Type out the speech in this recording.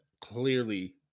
clearly